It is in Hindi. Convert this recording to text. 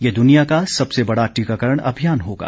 यह दुनिया का सबसे बड़ा टीकाकरण अभियान होगा